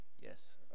Yes